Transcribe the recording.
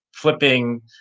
flipping